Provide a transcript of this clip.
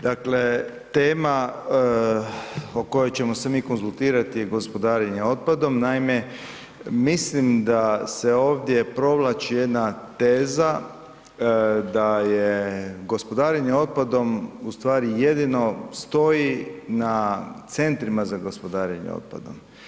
Dakle tema o kojoj ćemo se mi konzultirati je gospodarenje otpadom, naime mislim da se ovdje provlači jedna teža da je gospodarenje otpadom ustvari jedino stoji na centrima za gospodarenje otpadom.